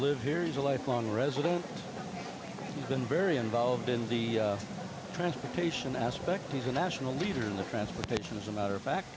live here is a lifelong resident been very involved in the transportation aspect he's a national leader in the transportation as a matter of fact